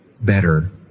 better